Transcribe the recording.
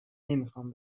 نمیخوام